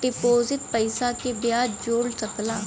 deposit पइसा के बियाज जोड़ सकला